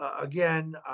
Again